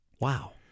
Wow